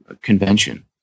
convention